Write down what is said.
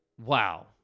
wow